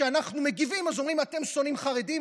כשאנחנו מגיבים אז אומרים: אתם שונאים חרדים,